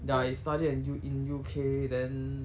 ya he study an~ in U_K then